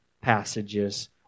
passages